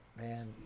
man